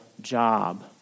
job